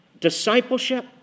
discipleship